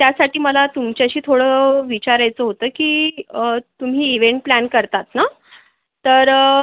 त्यासाठी मला तुमच्याशी थोडं विचारायचं होतं की तुम्ही इवेंट प्लॅन करतात ना तर